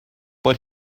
but